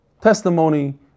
testimony